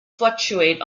fluctuate